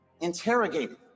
interrogated